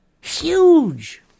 Huge